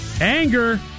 Anger